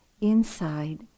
inside